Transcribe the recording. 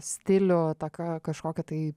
stilių kažkokią tai